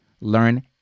Learn